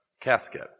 Casket